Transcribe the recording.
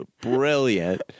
brilliant